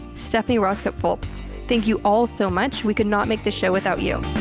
stephanie rosskit-phulps. thank you all so much. we could not make this show without you